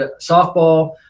softball